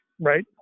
right